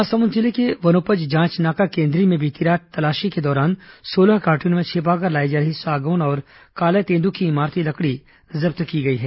महासमुंद जिले के वनोपज जांच नाका केन्द्री में बीती रात तलाशी के दौरान सोलह काटूनों में छिपाकर लाई जा रही सागौन और कालातेंदू की इमारती लकड़ी जब्त की गई है